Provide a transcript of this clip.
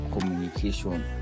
communication